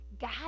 God